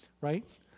right